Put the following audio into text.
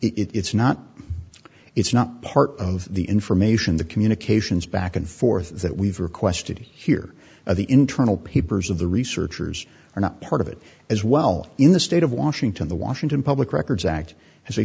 that it's not it's not part of the information the communications back and forth that we've requested here are the internal papers of the researchers are not part of it as well in the state of washington the washington public records act has a